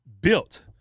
built